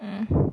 mm